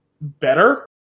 better